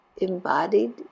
embodied